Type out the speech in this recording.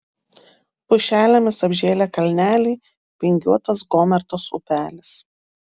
pušelėmis apžėlę kalneliai vingiuotas gomertos upelis